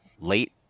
late